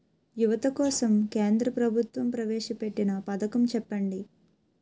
యువత కోసం కేంద్ర ప్రభుత్వం ప్రవేశ పెట్టిన పథకం చెప్పండి?